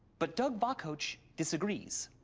but doug vakoch disagrees.